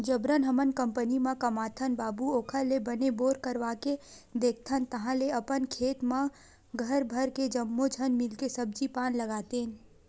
जबरन हमन कंपनी म कमाथन बाबू ओखर ले बने बोर करवाके देखथन ताहले अपने खेत म घर भर के जम्मो झन मिलके सब्जी पान लगातेन